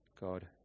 God